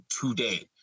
today